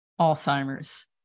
Alzheimer's